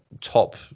top